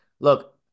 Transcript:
look